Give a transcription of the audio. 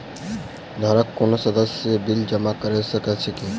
घरक कोनो सदस्यक बिल जमा कऽ सकैत छी की?